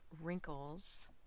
wrinkles